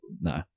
no